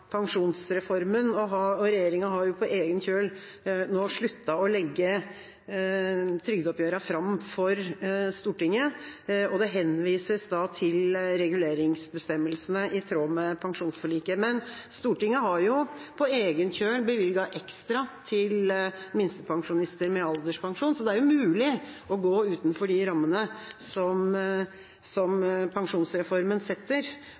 pensjonsreformen. Regjeringa har på egen kjøl nå sluttet å legge trygdeoppgjørene fram for Stortinget, og det henvises da til reguleringsbestemmelsene i tråd med pensjonsforliket. Men Stortinget har på egen kjøl bevilget ekstra til minstepensjonister med alderspensjon, så det er jo mulig å gå utenfor de rammene som pensjonsreformen setter,